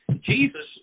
Jesus